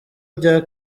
bya